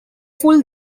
full